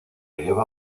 lleva